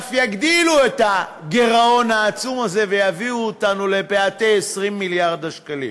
שאף יגדילו את הגירעון העצום הזה ויביאו אותנו לפאתי 20 מיליארד השקלים,